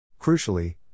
Crucially